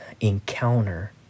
encounter